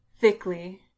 thickly